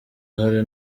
hari